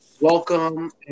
welcome